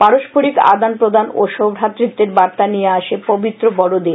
পারস্পরিক আদান প্রদান ও সৌভ্রাত্তম্বের বার্তা নিয়ে আসে পবিত্র বডদিন